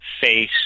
face